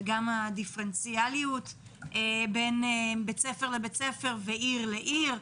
וגם הדיפרנציאליות בין בית ספר לבית ספר ובין עיר לעיר,